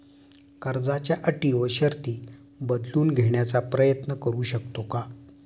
कर्जाच्या अटी व शर्ती बदलून घेण्याचा प्रयत्न करू शकतो का?